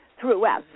throughout